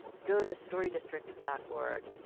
go to storydistrict dot org.